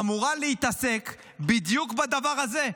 אמורה להתעסק בדיוק בדבר הזה.